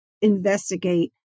investigate